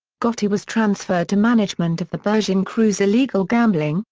gotti was transferred to management of the bergin crew's illegal gambling,